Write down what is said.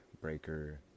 Breaker